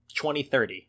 2030